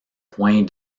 point